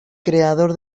creador